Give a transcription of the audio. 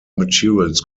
materials